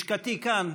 לשכתי כאן,